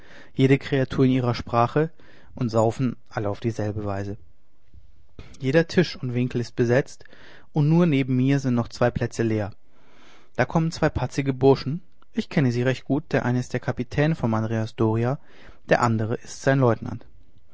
jede kreatur in ihrer sprache und saufen alle auf dieselbe weise jeder tisch und winkel ist besetzt und nur neben mir sind noch zwei plätze leer da kommen zwei patzige burschen ich kenne sie recht gut der eine ist der kapitän vom andrea doria der andere ist sein leutnant